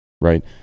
right